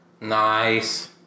Nice